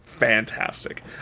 fantastic